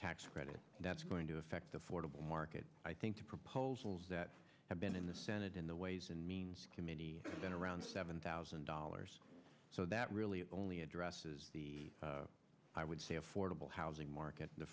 tax credit that's going to affect affordable market i think the proposals that have been in the senate in the ways and means committee been around seven thousand dollars so that really only addresses the i would say affordable housing market